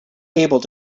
able